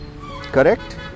Correct